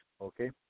Okay